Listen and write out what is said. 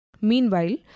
Meanwhile